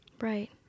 Right